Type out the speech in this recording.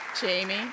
Jamie